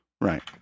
Right